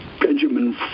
Benjamin